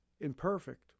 imperfect